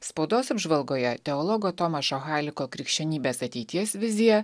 spaudos apžvalgoje teologo tomašo haliko krikščionybės ateities vizija